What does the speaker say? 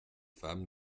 femme